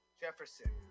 Jefferson